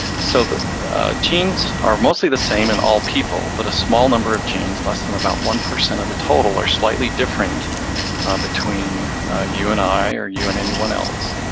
so the genes are mostly the same in all people. but a small number of genes, less than about one percent of the total, are slightly different between you and i, or you and anyone else.